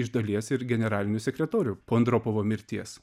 iš dalies ir generaliniu sekretoriu po andropovo mirties